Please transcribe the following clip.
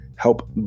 Help